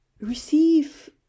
receive